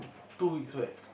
two weeks back